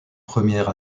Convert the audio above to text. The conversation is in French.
premières